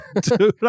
dude